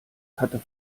hatte